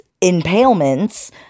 impalements